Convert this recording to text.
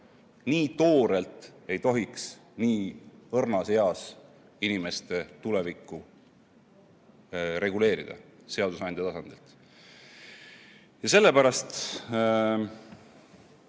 Nii toorelt ei tohiks nii õrnas eas inimeste tulevikku reguleerida seadusandja tasandilt. Sellepärast